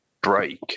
break